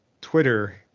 Twitter